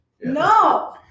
No